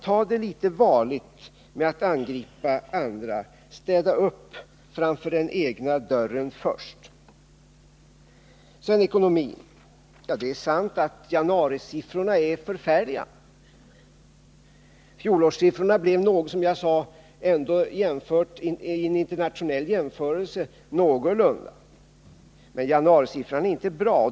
Ta det litet varligt med att angripa andra! Städa upp framför den egna dörren först! Sedan ekonomin. Ja, det är sant att januarisiffrorna är förfärliga. Fjolårssiffrorna blev, som jag sade, vid en internationell jämförelse någorlunda goda. Men januarisiffrorna är inte bra.